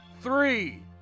three